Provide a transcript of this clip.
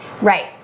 Right